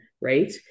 Right